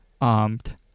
Armed